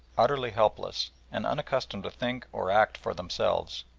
utterly helpless, and unaccustomed to think or act for themselves,